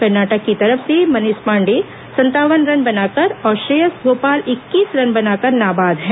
कर्नाटक की तरफ से मनीष पांडेय संतावन रन बनाकर और श्रेयस गोपाल इक्कीस रन बनाकर नाबाद है